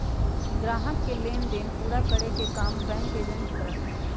ग्राहकों के लेन देन पूरा करे के काम बैंक एजेंट करा हई